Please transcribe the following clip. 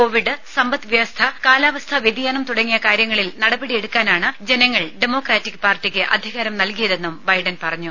കോവിഡ്സമ്പദ് വ്യവസ്ഥ കാലാവസ്ഥാ വ്യതിയാനം തുടങ്ങിയ കാര്യങ്ങളിൽ നടപടിയെടുക്കാനാണ് ജനങ്ങൾ ഡെമോക്രാറ്റിക് പാർട്ടിക്ക് അധികാരം നൽകിയതെന്നും ബൈഡൻ പറഞ്ഞു